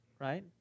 right